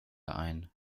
ein